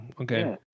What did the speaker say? okay